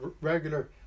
regular